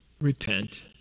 Repent